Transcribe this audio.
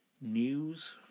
news